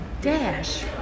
dash